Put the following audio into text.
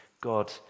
God